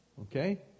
Okay